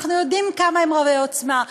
אנחנו יודעים כמה הם רבי-עוצמה,